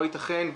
לא ייתכן,